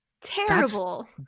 terrible